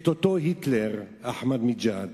את אותו היטלר, אחמדינג'אד,